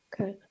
Okay